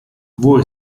voi